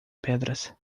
pedras